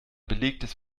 belegtes